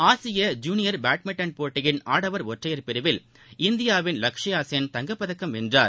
ஆசிய junior badminton போட்டியின் ஆடவர் ஒற்றையர் பிரிவில் இந்தியாவின் லக்ஷயா சென் தங்கப்பதக்கம் வென்றார்